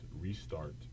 Restart